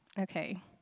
Okay